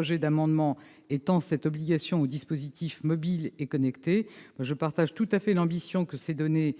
Cet amendement vise à étendre cette obligation aux dispositifs mobiles et connectés. Je partage tout à fait l'ambition que ces données